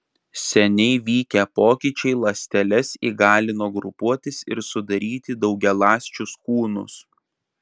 seniai vykę pokyčiai ląsteles įgalino grupuotis ir sudaryti daugialąsčius kūnus